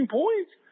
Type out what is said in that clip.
points